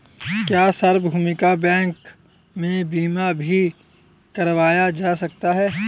क्या सार्वभौमिक बैंक में बीमा भी करवाया जा सकता है?